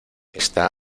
está